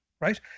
right